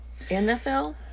NFL